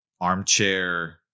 armchair